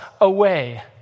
away